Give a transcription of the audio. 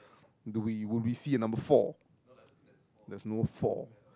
do we will we see a number four there's no four